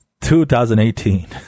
2018